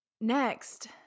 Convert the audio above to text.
Next